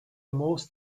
most